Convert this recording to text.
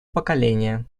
поколения